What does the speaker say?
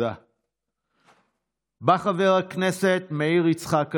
בא חבר הכנסת מאיר יצחק הלוי,